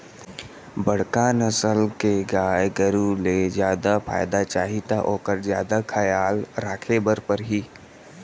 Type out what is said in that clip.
बड़का नसल के गाय गरू ले जादा फायदा चाही त ओकर जादा खयाल राखे बर परही